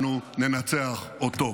אנחנו ננצח אותו.